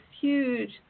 huge